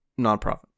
nonprofit